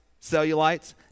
Cellulites